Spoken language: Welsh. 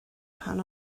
pan